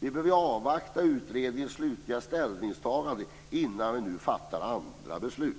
Vi bör avvakta utredningens slutliga ställningstagande innan vi fattar andra beslut.